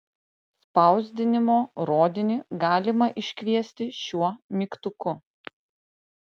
spausdinimo rodinį galima iškviesti šiuo mygtuku